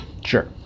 sure